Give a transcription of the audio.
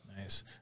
Nice